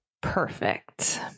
Perfect